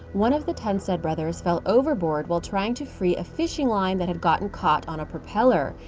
one of the tunstead brothers fell overboard while trying to free a fishing line that had gotten caught on a propeller.